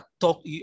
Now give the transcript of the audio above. talk